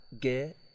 get